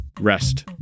rest